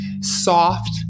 soft